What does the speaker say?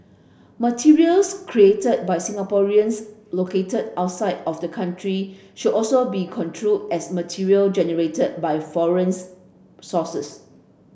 materials created by Singaporeans located outside of the country should also be construed as material generated by foreign's sources